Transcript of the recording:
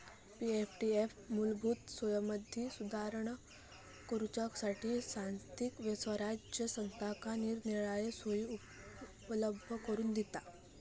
पी.एफडीएफ मूलभूत सोयींमदी सुधारणा करूच्यासठी स्थानिक स्वराज्य संस्थांका निरनिराळे सोयी उपलब्ध करून दिता